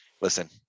listen